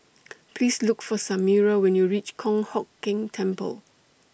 Please Look For Samira when YOU REACH Kong Hock Keng Temple